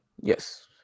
Yes